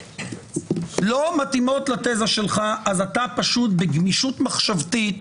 אתה פשוט בגמישות מחשבתית